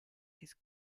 his